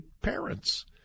parents